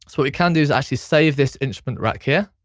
what we can do is actually save this instrument rack here.